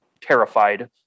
terrified